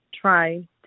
try